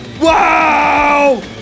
wow